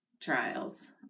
trials